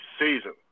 season